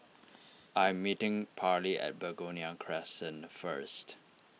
I am meeting Parley at Begonia Crescent first